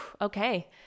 okay